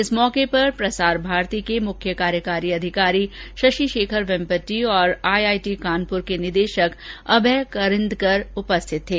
इस अवसर पर प्रसार भारती के मुख्य कार्यकारी अधिकारी शशि शेखर वेम्पटी और आई आई टी कानपुर के निदेशक अभय करंदीकर उपस्थित थे